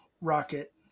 rocket